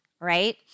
right